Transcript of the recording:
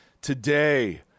Today